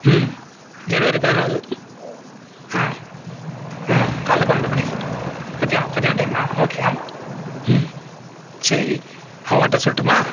ம் ஜனவரி பதினாலு ஆ ஆ காலைல பன்னண்டு மணிக்கு மத்யானம் மத்யானம் டைம் ஆ ஓகே ஆமாம் ம் சரி அவங்க அட்ரெஸ் சொல்லட்டுமா